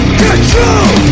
control